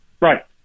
Right